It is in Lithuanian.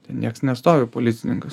ten nieks nestovi policininkas